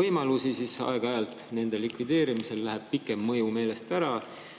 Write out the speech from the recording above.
võimalusi, siis aeg-ajalt läheb nende likvideerimisel pikem mõju meelest ära.